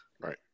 Right